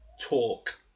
talk